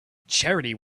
charity